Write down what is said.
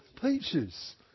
Peaches